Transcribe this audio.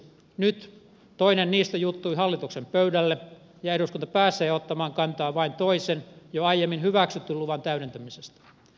nyt toinen niistä juuttui hallituksen pöydälle ja eduskunta pääsee ottamaan kantaa vain toisen jo aiemmin hyväksytyn luvan täydentämiseen